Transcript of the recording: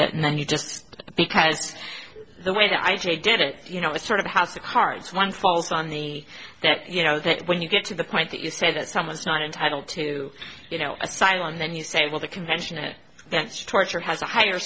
it and then you just because it's the way the i j a did it you know it's sort of a house of cards one falls on the that you know that when you get to the point that you say that someone's not entitled to you know asylum then you say well the convention that's torture has a higher